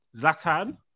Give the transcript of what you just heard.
Zlatan